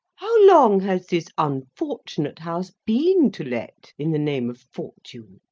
how long has this unfortunate house been to let, in the name of fortune?